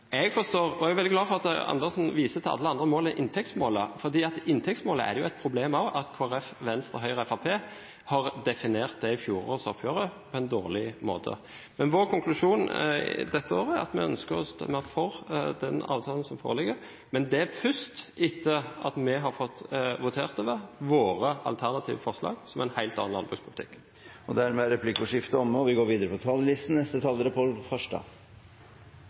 Jeg er veldig glad for at Karin Andersen viste til alle andre mål enn inntektsmålet, for når det gjelder inntektsmålet, er det et problem også at Kristelig Folkeparti, Venstre, Høyre og Fremskrittspartiet definerte det i fjorårsoppgjøret på en dårlig måte. Vår konklusjon dette året er at vi ønsker å stemme for den avtalen som foreligger, men det er først etter at vi har fått votert over våre alternative forslag, som innebærer en helt annen landbrukspolitikk. Replikkordskiftet er omme. Jeg vil starte med å takke komiteen, og spesielt saksordføreren, for arbeidet med saken. Det er